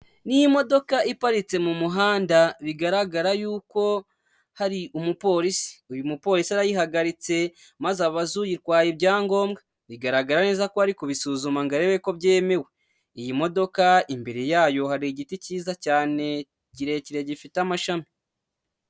Ni imodoka iparitse mu muhanda bigaragara yuko hari umupolisi, uyu mupolisi arayihagaritse maze abaza uyitwaye ibyangombwa, bigaragara neza ko ari kubisuzuma ngo arebe ko byemewe, iyi modoka imbere yayo hari igiti cyiza cyane kirekire gifite amashami.